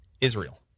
Israel